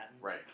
right